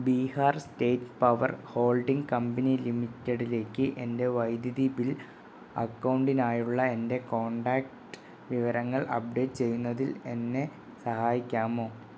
Bihar state power holding company ലിമിറ്റഡിലേക്ക് എൻറ്റെ വൈദ്യുതി ബിൽ അക്കൗണ്ടിനായുള്ള എൻറ്റെ കോൺടാക്റ്റ് വിവരങ്ങൾ അപ്ഡേറ്റ് ചെയ്യുന്നതിൽ എന്നെ സഹായിക്കാമോ